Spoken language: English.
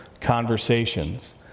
conversations